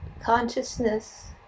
consciousness